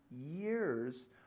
years